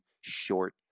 short